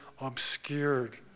obscured